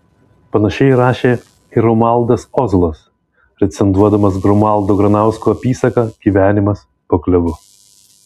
panašiai rašė ir romualdas ozolas recenzuodamas romualdo granausko apysaką gyvenimas po klevu